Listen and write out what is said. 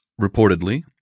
reportedly